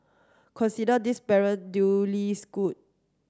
consider this parent duly schooled